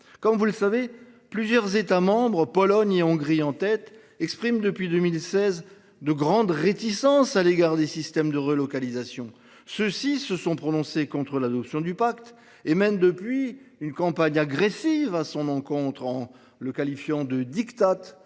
Comme vous le savez, plusieurs États membres – Pologne et Hongrie en tête – expriment depuis 2016 de grandes réticences à l’égard des systèmes de relocalisation. Ces derniers se sont prononcés contre l’adoption du pacte et mènent depuis une campagne agressive à son encontre, en le qualifiant de « diktat »,